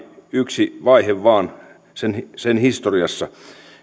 yksi vaihe tämän tilkkutäkkilain historiassa